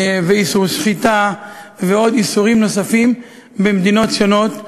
איסור שחיטה ועוד איסורים נוספים במדינות שונות,